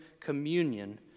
communion